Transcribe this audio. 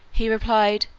he replied,